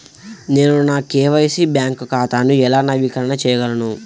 నేను నా KYC bank ఖాతాను ఎలా నవీకరణ చేయగలను?